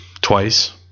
twice